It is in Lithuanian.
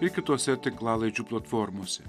ir kitose tinklalaidžių platformose